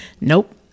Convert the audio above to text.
Nope